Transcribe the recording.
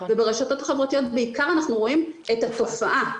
וברשתות החברתיות בעיקר אנחנו רואים את התופעה.